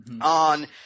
On